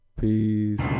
Peace